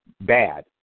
bad